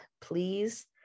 please